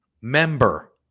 member